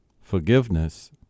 Forgiveness